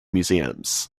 museums